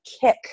kick